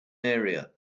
area